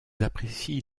apprécient